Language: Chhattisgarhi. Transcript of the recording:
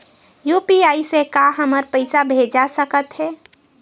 यू.पी.आई से का हमर पईसा भेजा सकत हे?